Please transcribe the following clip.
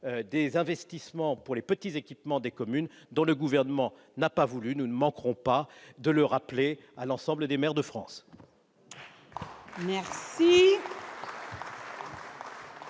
des investissements pour les petits équipements des communes que nous défendions et dont le Gouvernement n'a pas voulu. Nous ne manquerons pas de le rappeler à l'ensemble des maires de France